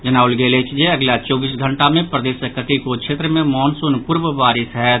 जनाओल गेल अछि जे अगिला चौबीस घंटा मे प्रदेशक कतेको क्षेत्र मे मॉनसून पूर्व बारिश होयत